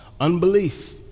Unbelief